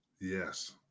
Yes